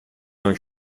non